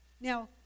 Now